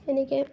এনেকেই